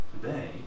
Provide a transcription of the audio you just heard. today